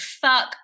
fuck